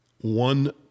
one